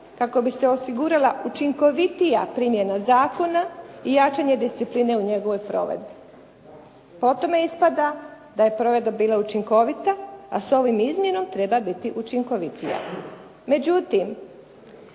kako bi se osigurala učinkovitija primjena zakona i jačanje discipline u njegovoj provedbi." Po tome ispada da je provedba bila učinkovita a s ovom izmjenom treba biti učinkovitija.